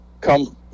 come